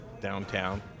downtown